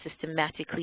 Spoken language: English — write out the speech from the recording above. systematically